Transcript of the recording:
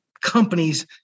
companies